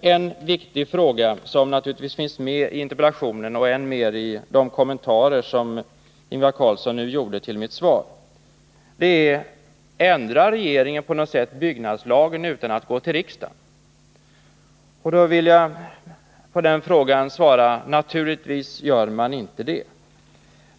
En viktig fråga, som finns med i interpellationen och än mer i de kommentarer som Ingvar Carlsson nu gjorde till mitt svar, är följande: Ändrar regeringen på något sätt byggnadslagen utan att gå till riksdagen? Jag vill på den frågan svara: Naturligtvis gör inte regeringen det.